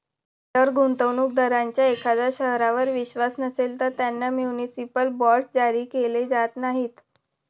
जर गुंतवणूक दारांचा एखाद्या शहरावर विश्वास नसेल, तर त्यांना म्युनिसिपल बॉण्ड्स जारी केले जात नाहीत